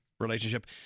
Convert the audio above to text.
Relationship